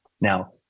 Now